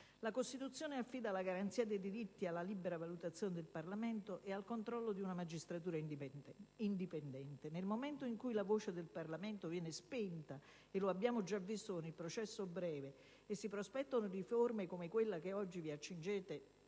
La Costituzione affida la garanzia dei diritti alla libera valutazione del Parlamento e al controllo di una magistratura indipendente. Nel momento in cui la voce del Parlamento viene spenta (lo abbiamo già visto con il processo breve) e si prospettano radicali riforme come quella che oggi vi accingete